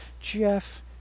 jeff